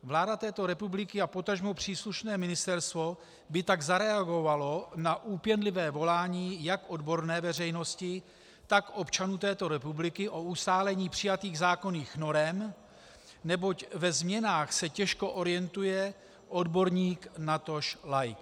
Vláda této republiky a potažmo příslušné ministerstvo by tak zareagovaly na úpěnlivé volání jak odborné veřejnosti, tak občanů této republiky o ustálení přijatých zákonných norem, neboť ve změnách se těžko orientuje odborník, natož laik.